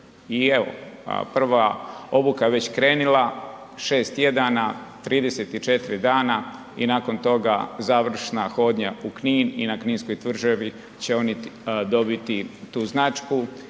I evo prva je obuka već krenula šest tjedana, 34 dana i nakon toga završna hodnja u Knin i na Kninskog tvrđavi će oni dobiti tu značku.